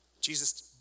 Jesus